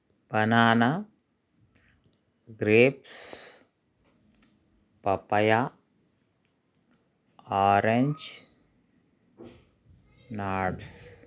banana grapes papaya orange nuts